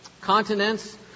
continents